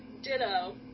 Ditto